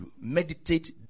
Meditate